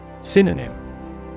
Synonym